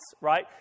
right